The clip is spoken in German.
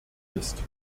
ist